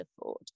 afford